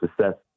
success